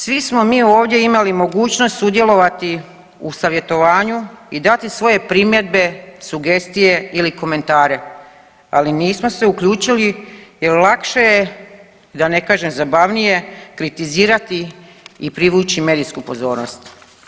Svi smo mi ovdje imali mogućnost sudjelovati u savjetovanju i dati svoje primjedbe, sugestije ili komentare, ali nismo se uključili jel lakše je, da ne kažem zabavnije, kritizirati i privući medijsku pozornost.